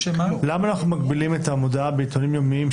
למה אנחנו מגבילים את המודעה בעיתונים יומיים,